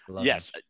yes